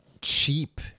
Cheap